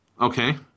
okay